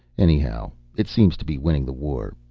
anyhow, it seems to be winning the war.